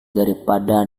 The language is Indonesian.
daripada